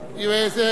יושב-ראש סיעתנו.